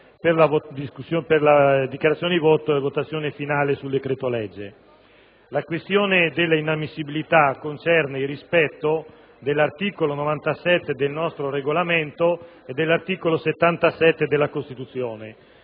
per le dichiarazioni di voto e la votazione finale del provvedimento. La questione della inammissibilità concerne il rispetto dell'articolo 97 del nostro Regolamento e dell'articolo 77 della Costituzione.